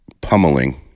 pummeling